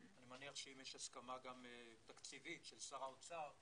אני מניח שאם יש הסכמה גם תקציבית של שר האוצר,